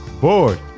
bored